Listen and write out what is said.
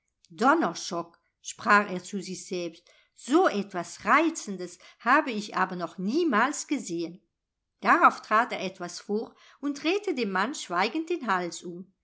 sprach er zu sich selbst so etwas reizendes habe ich aber noch niemals gesehen darauf trat er etwas vor und drehte dem mann schweigend den hals um